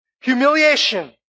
Humiliation